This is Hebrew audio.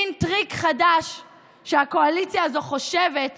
נוסח ההתייחסות הוא כדלקמן: חוק דמי מחלה (היעדרות בשל מחלת ילד),